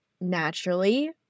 Naturally